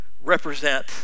represent